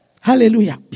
Hallelujah